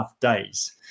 days